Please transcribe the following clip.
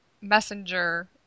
messenger